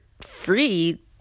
free